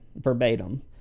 verbatim